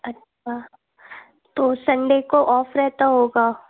अच्छा तो सनडै का ऑफ रहता होगा